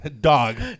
dog